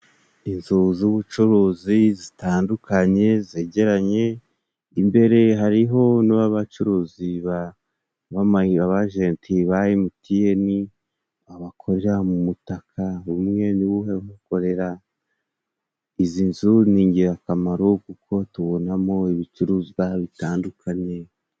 Inzu z'ubucuruzi zitandukanye zegeranye imbere hariho n'abacuruzi, abajenti ba emutiyeni, abakorera mu mutaka bumwe niwuhe mukorera izi nzu ni ingirakamaro, kuko tubonamo ibicuruzwa bitandukanye.